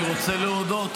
אני רוצה להודות,